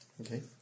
Okay